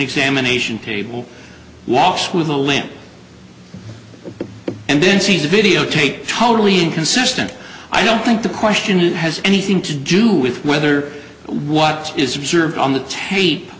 examination table walks with a limp and then see the videotape totally inconsistent i don't think the question it has anything to do with whether what is observed on the tape